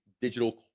digital